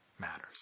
matters